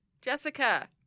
Jessica